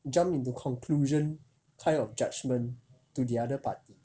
jump into conclusion kind of judgment to the other party